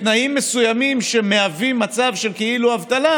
בתנאים מסוימים שמהווים מצב של כאילו אבטלה